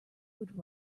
would